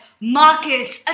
Marcus